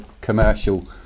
commercial